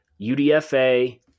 UDFA